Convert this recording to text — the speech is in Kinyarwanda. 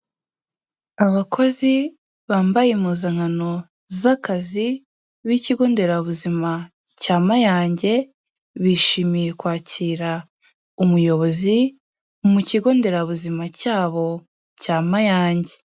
Abakozi bambaye impuzankano z'akazi, b'ikigo nderabuzima cya Mayange, bishimiye kwakira umuyobozi mu kigo nderabuzima cyabo cya Mayange.